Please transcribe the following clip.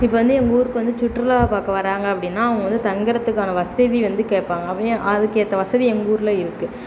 இப்போ வந்து எங்கள் ஊருக்கு வந்து சுற்றுலா பார்க்க வர்றாங்க அப்படின்னா அவங்க வந்து தங்குறதுக்கான வசதி வந்து கேட்பாங்க அதுக்கேற்ற வசதி எங்கூரில் இருக்குது